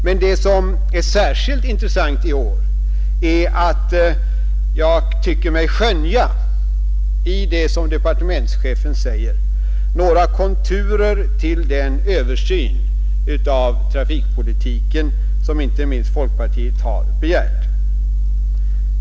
Men det som är särskilt intressant i år är att jag i det som departementschefen säger tycker mig skönja några konturer till den översyn av trafikpolitiken som inte minst folkpartiet har begärt.